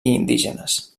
indígenes